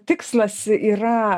tikslas yra